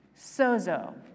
sozo